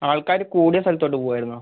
ആൾക്കാർ കൂടിയ സ്ഥലത്തോട്ട് പോകുമായിരുന്നോ